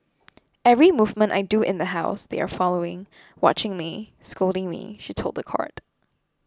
every movement I do in the house they are following watching me scolding me she told the court